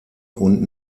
und